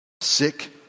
sick